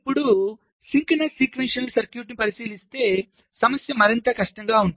మీరు ఇప్పుడు synchronous sequential సర్క్యూట్ను పరిశీలిస్తే సమస్య మరింత కష్టం